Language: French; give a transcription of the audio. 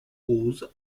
roses